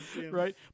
Right